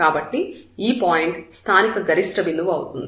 కాబట్టి ఈ పాయింట్ స్థానిక గరిష్ట బిందువు అవుతుంది